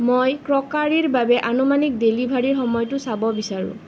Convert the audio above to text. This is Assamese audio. মই ক্ৰকাৰীৰ বাবে আনুমানিক ডেলিভাৰীৰ সময়টো চাব বিচাৰোঁ